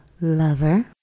lover